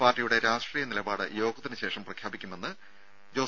പാർട്ടിയുടെ രാഷ്ട്രീയ നിലപാട് യോഗത്തിന് ശേഷം പ്രഖ്യാപിക്കുമെന്ന് ജോസ്